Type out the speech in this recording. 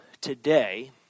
today